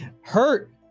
hurt